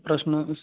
പ്രശ്നം